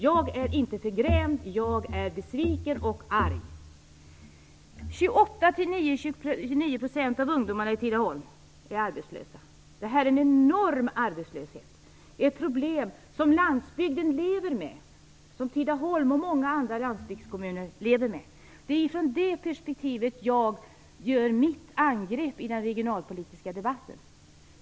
Jag är inte förgrämd, jag är besviken och arg. 28 29 % av ungdomarna i Tidaholm är arbetslösa. Det är en enorm arbetslöshet, ett problem som Tidaholm och många andra landsbygdskommuner lever med. Det är i det perspektivet jag gör mitt angrepp i den regionalpolitiska debatten.